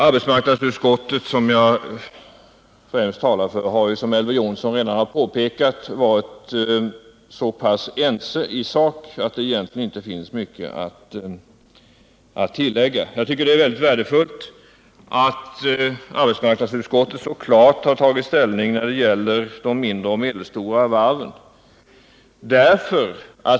Arbetsmarknadsutskottet, som jag främst talar för, har, vilket Elver Jonsson redan påpekat, varit så pass ense i sak att det egentligen inte finns mycket att tillägga. Det är mycket värdefullt att arbetsmarknadsutskottet så klart tagit ställning när det gäller de mindre och medelstora varven.